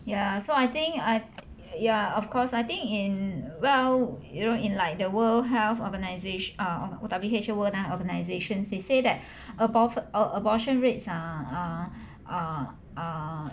ya so I think I ya of course I think in well you know in like the world health organization uh W_H_O world health organizations they say that abort~ abortion rates are are are are